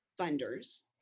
funders